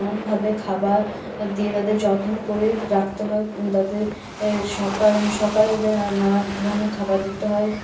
নানানভাবে খাবার দিয়ে তাদের যত্ন করে রাখতে হয় তাদের সকালে সকালে তাদের নানান ধরনের খাবার দিতে হয়